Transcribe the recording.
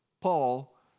Paul